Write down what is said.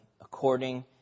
according